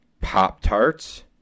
Pop-Tarts